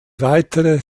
weitere